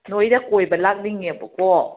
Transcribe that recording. ꯅꯣꯏꯗ ꯀꯣꯏꯕ ꯂꯥꯛꯅꯤꯡꯉꯦꯕꯀꯣ